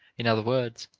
in other words,